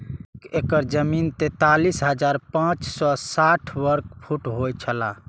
एक एकड़ जमीन तैंतालीस हजार पांच सौ साठ वर्ग फुट होय छला